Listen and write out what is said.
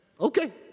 Okay